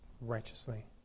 righteously